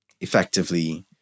effectively